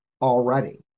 already